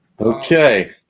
Okay